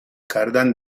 کردن